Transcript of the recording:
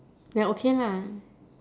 then okay lah